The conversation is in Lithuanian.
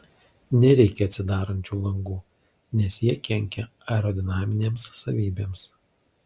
nereikia atsidarančių langų nes jie kenkia aerodinaminėms savybėms